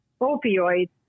opioids